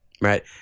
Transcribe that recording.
Right